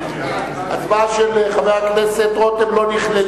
אני קובע שהצעת חוק הבחירות לכנסת (תיקון,